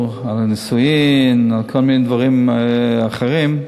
כל מיני דברים אחרים,